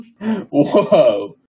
Whoa